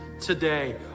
today